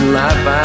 life